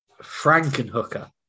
Frankenhooker